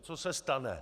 Co se stane?